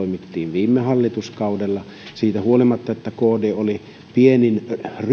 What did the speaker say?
viime hallituskaudella siitä huolimatta että kd oli pienin ryhmä